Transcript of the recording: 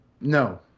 No